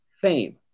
fame